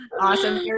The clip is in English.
Awesome